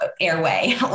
airway